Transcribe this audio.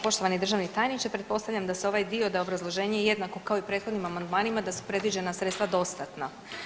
Poštovani državni tajniče pretpostavljam da se ovaj dio da je obrazloženje jednako kao i prethodnim amandmanima da su predviđena sredstva dostatna.